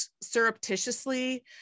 surreptitiously